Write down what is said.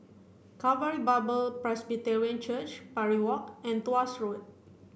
Calvary Bible Presbyterian Church Parry Walk and Tuas Road